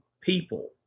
people